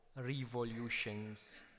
revolutions